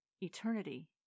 eternity